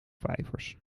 vijvers